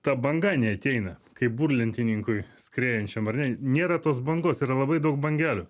ta banga neateina kaip burlentininkui skriejančiam ar ne nėra tos bangos yra labai daug bangelių